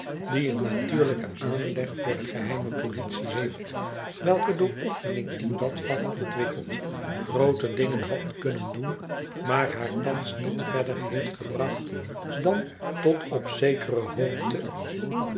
die een natuurlijken aanleg voor de geheime politie heeft welke door oefening in dat vak ontwikkeld groote dingen had kunnen doen maar haar thans niet verder heeft gebracht dan tot op zekere hoogte